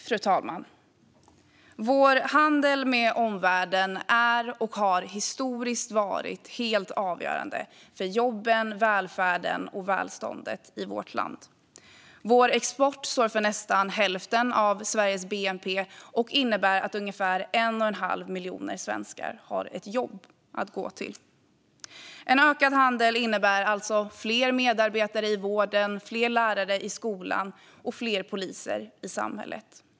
Fru talman! Vår handel med omvärlden är, och har historiskt varit, helt avgörande för jobben, välfärden och välståndet i vårt land. Exporten står för nästan hälften av Sveriges bnp och innebär att ungefär 1,5 miljoner svenskar har ett jobb att gå till. Ökad handel innebär alltså fler medarbetare i vården, fler lärare i skolan och fler poliser i samhället.